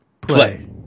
play